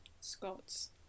Scots